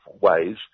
ways